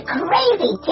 crazy